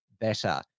better